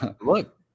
Look